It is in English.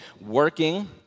working